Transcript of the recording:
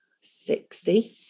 sixty